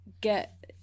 get